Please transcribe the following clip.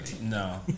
No